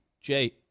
Jay